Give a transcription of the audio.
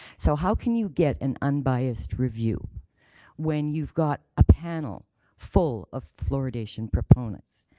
so how can you get an unbiased review when you've got a panel full of fluoridation proponents?